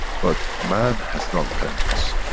but, man has not learned this.